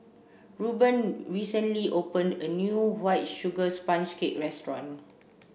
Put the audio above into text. Reuben recently opened a new white sugar sponge cake restaurant